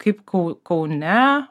kaip kau kaune